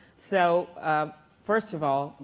so first of all,